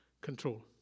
control